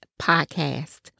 Podcast